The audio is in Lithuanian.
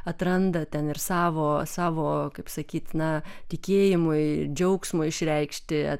atranda ten ir savo savo kaip sakyt na tikėjimui džiaugsmo išreikšti